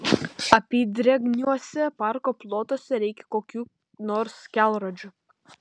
apydrėgniuose parko plotuose reikia kokių nors kelrodžių